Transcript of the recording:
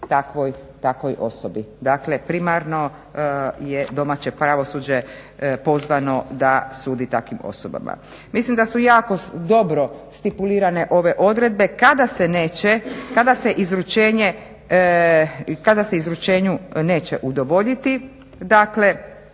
takvoj osobi. Dakle, primarno je domaće pravosuđe pozvano da sudi takvim osobama. Mislim da su jako dobro stipulirane ove odredbe kada se neće, kada se izručenju neće udovoljiti. Dakle,